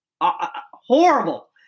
horrible